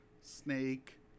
Snake